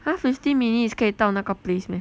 !huh! fifty minutes 可以到那个 place meh